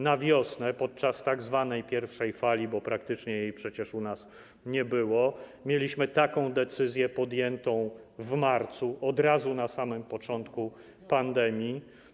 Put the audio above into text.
Na wiosnę, podczas tzw. pierwszej fali, bo praktycznie jej przecież u nas nie było, mieliśmy taką decyzję podjętą w marcu, zaraz na samym początku pandemii.